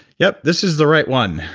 yep, this is the right one.